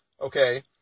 Okay